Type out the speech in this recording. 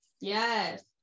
Yes